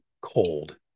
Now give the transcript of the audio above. cold